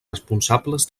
responsables